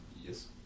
Yes